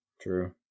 True